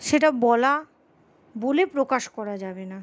সেটা বলা বলে প্রকাশ করা যাবে না